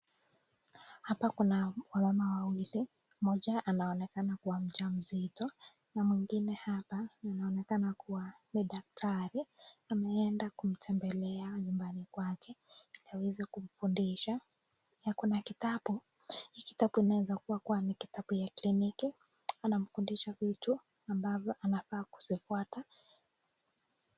hapa kuna mama wawili moja anaonekanakuwa mja mzito na mwingine hapa inaonekanakuwa ni dakitari ambaye ameenda kumtembelea nyumbani kwake iliaweze kumfundisha na kuna kitabu hiki kibatu kinawezakuwa ni kitanbu ya kiliniki anamfundisha viti ambavyo anafaa kuzifuata.